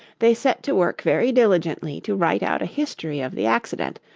they set to work very diligently to write out a history of the accident,